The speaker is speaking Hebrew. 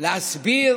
להסביר